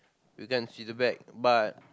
we can't see the back but